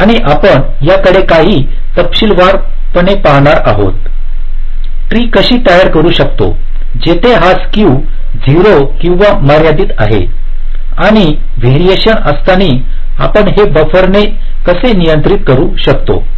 आणि आपण याकडे काही तपशील वार पणे पहात आहोत की ट्री कशी तयार करू शकतो जिथे हा स्क्यू 0 किंवा मर्यादित आहे आणि वारीअशन असतानी आपण हे बफर ने कसे नियंत्रित करू शकतो